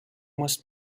must